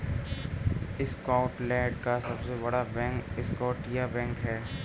Scotland का सबसे बड़ा बैंक स्कॉटिया बैंक है